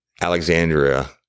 Alexandria